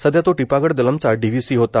सदया तो टिपागड दलमचा डीव्हीसी होता